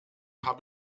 habe